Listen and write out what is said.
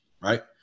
right